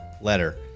letter